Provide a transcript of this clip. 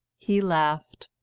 he laughed.